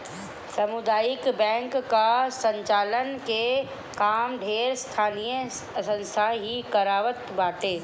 सामुदायिक बैंक कअ संचालन के काम ढेर स्थानीय संस्था ही करत बाटे